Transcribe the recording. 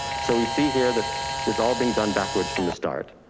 so we see here that is all being done backwards from the start.